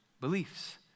beliefs